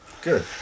good